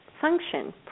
function